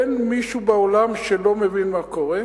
אין מישהו בעולם שלא מבין מה קורה,